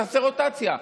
תעשה רוטציה.